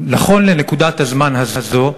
נכון לנקודת הזמן הזאת,